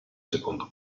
secondo